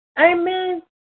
Amen